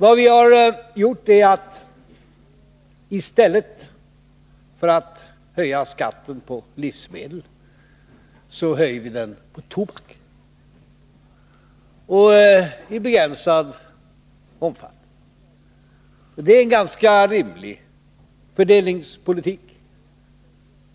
Vad vi har gjort är att i stället för att höja skatten på livsmedel höja den på tobak i begränsad omfattning. Det är en ganska rimlig fördelningspolitik,